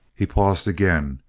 he paused again.